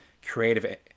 creative